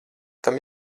tam